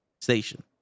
station